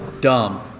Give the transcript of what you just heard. dumb